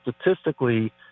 statistically